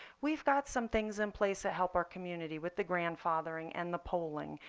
we've got some things in place that help our community with the grandfathering and the polling.